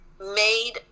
made